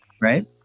Right